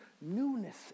newness